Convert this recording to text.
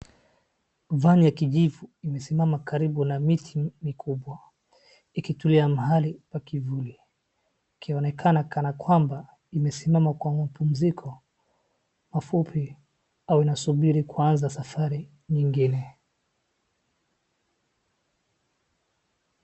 Vani ya kijivu limesimama karibu na miti mikubwa .Ikitulia mahali pa kivuli. Ikionekana kana kwamba imesimama kwa mapumziko mafupi au inasubiri kuanza safari nyingine.